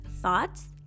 thoughts